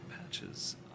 Patches